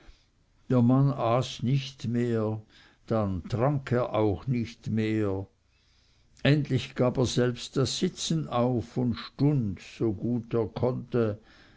der mann aß nicht mehr dann trank er auch nicht mehr endlich gab er selbst das sitzen auf und stund so gut er konnte